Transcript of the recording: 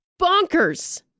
bonkers